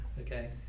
okay